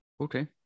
Okay